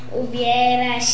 ubiera